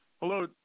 Hello